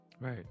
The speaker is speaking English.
right